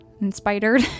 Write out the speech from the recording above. inspired